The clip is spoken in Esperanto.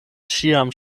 ĉiam